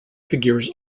figures